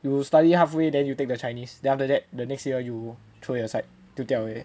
you study half way then you take the chinese then after that the next year you throw it aside 丢掉而已